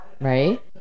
right